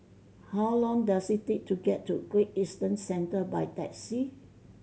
how long does it take to get to Great Eastern Centre by taxi